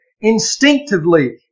instinctively